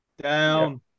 Down